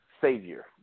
savior